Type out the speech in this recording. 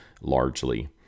largely